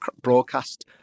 broadcast